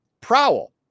Prowl